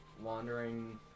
wandering